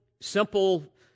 simple